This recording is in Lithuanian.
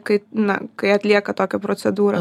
kai na kai atlieka tokią procedūrą